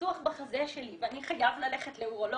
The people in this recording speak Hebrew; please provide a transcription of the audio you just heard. ניתוח בחזה שלי, ואני חייב ללכת לאורולוג.